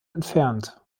entfernt